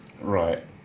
right